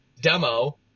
demo